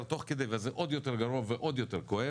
תוך כדי וזה עוד יותר גרוע ועוד יותר כואב,